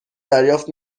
دریافت